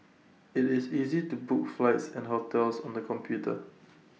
IT is easy to book flights and hotels on the computer